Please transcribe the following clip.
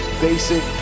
basic